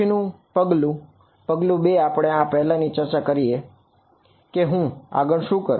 પછીનું પગલું પગલું 2 આપણે આ પહેલા ચર્ચા કરીએ છીએ કે હું આગળ શું કરું